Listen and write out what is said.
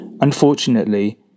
Unfortunately